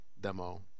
demo